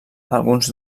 alguns